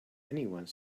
anyone